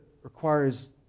Requires